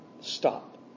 stop